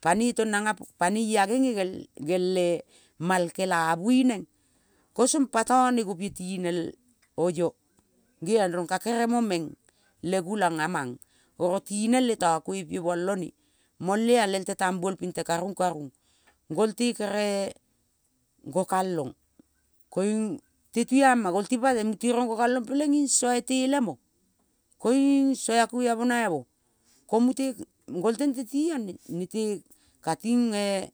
panoi tong nanga panoi a genge gel, gele mal kelavui neng kosong pa tane gopie tinel oio geang rong ka kere mo le gulang amang oro tinel le ta koipimol one. Molea lel te tambuol pite karung karung. Golte kere gokalong te tuama gol tipat-eng mute rong gokalong peleing sai itelemo koiung sai a koviai monai mo ko mute gol tente tiong nete katinge.